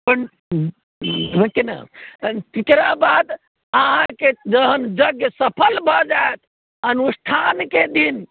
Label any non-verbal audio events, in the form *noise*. *unintelligible* तेकरा बाद अहाँकेँ यज्ञ जहन सफल भए जायत अनुष्ठानके दिन